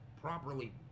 properly